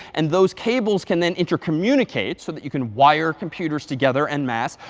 and those cables can then intercommunicate, so that you can wire computers together en mass.